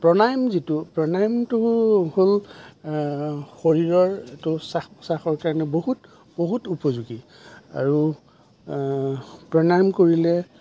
প্ৰাণায়াম যিটো প্ৰাণায়ামটো হ'ল শৰীৰৰ এইটো শ্বাস প্ৰশ্বাসৰ কাৰণে বহুত বহুত উপযোগী আৰু প্ৰাণায়াম কৰিলে